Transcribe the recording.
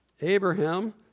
Abraham